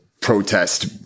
protest